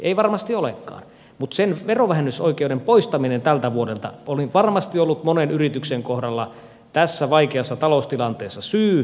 ei varmasti olekaan mutta sen verovähennysoikeuden poistaminen tältä vuodelta oli varmasti ollut monen yrityksen kohdalla tässä vaikeassa taloustilanteessa syy luopua niistä pohjoisen matkoista